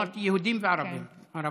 אמרתי יהודים וערבים,